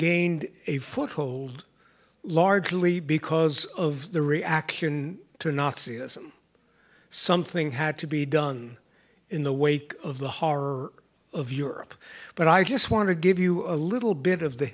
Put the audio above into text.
gained a foothold largely because of the reaction to naziism something had to be done in the wake of the horror of europe but i just want to give you a little bit of the